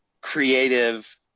creative